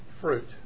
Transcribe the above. fruit